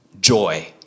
joy